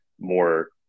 more